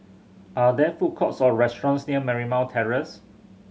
are there food courts or restaurants near Marymount Terrace